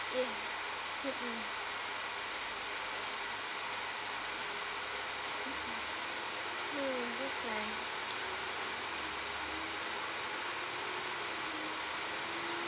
mm that's nice